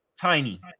Tiny